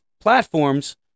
platforms